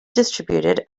distributed